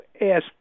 ask